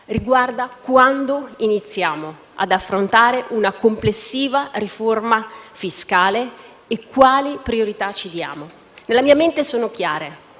riguarda quando iniziamo ad affrontare una complessiva riforma fiscale e quali priorità ci diamo. Nella mia mente sono chiare: